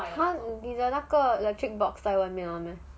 then 你的那个 electric box 在外面 [one] meh